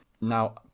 now